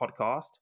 podcast